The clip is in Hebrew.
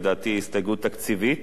לדעתי היא הסתייגות תקציבית.